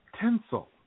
Tinsel